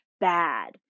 bad